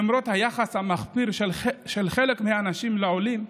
למרות היחס המחפיר של חלק מהאנשים לעולים,